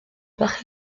parc